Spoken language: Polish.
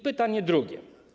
Pytanie drugie.